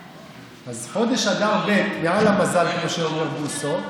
אז חודש אדר ב' מעל המזל, כמו שאומר בוסו.